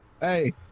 hey